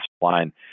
line